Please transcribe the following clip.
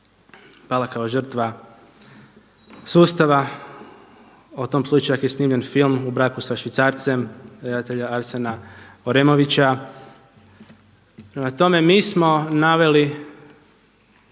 pala kao žrtva sustava. O tom slučaju čak je snimljen film „U braku sa švicarcem“ redatelja Arsena Oremovića. Prema tome, mi smo naveli